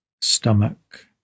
stomach